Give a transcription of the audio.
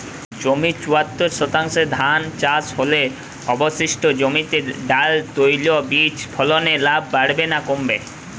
জমির চুয়াত্তর শতাংশে ধান চাষ হলে অবশিষ্ট জমিতে ডাল তৈল বীজ ফলনে লাভ বাড়বে না কমবে?